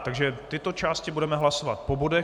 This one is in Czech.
Takže tyto části budeme hlasovat po bodech.